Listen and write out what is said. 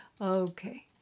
Okay